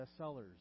bestsellers